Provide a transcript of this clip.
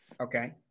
Okay